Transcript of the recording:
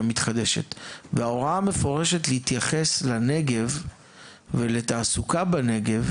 מתחדשת וההוראה המפורשת להתייחס לנגב ולתעסוקה בנגב